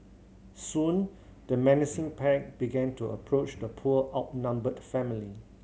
soon the menacing pack began to approach the poor outnumbered family